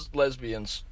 lesbians